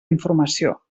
informació